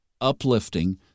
uplifting